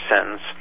sentence